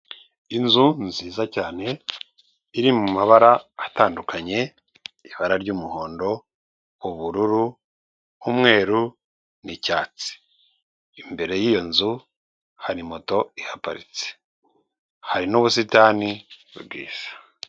Inzu nziza cyane, iri mu mabara atandukanye ibara ry'umuhondo, ubururu, umweru n'icyatsi, imbere y'iyo nzu hari moto ihaparitse, hari n'ubusitani bwiza.